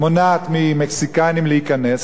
מונעת ממקסיקנים להיכנס,